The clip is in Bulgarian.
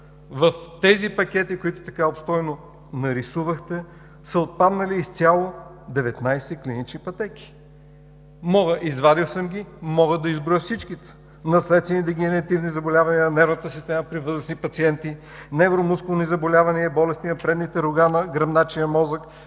в тези пакети, които така обстойно нарисувахте, са отпаднали изцяло 19 клинични пътеки. Извадил съм ги, мога да изброя всичките – наследствени дегенеративни заболявания на нервната система при възрастни пациенти, нервно-мускулни заболявания, болести на предните рога на гръбначния мозък,